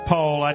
Paul